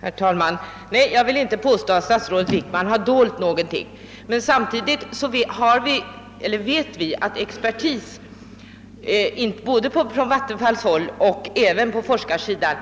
Herr talman! Nej, jag vill inte påstå att statsrådet Wickman har dolt någonting. Men samtidigt vet vi att expertis både på Vattenfall och på forskarsidan